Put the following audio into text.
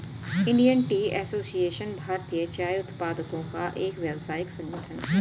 Indian Tea Association भारतीय चाय उत्पादकों का एक व्यावसायिक संगठन है